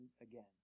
again